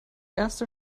erste